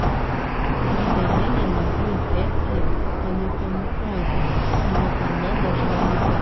grybelinė nagų infekcija onichomikozė yra gana dažna liga